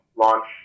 launch